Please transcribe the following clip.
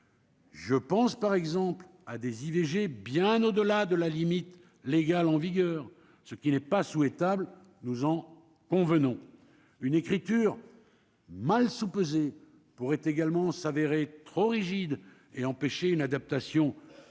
Je pense par exemple à des IVG, bien au-delà de la limite légale en vigueur, ce qui n'est pas souhaitable, nous en convenons une écriture mal soupeser pourrait également s'avérer trop rigide et empêcher une adaptation possible